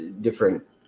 different